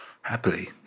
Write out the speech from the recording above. happily